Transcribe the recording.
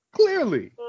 Clearly